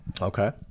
okay